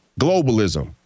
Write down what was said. globalism